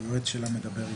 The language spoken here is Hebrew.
היועץ שלה מדבר איתה.